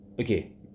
Okay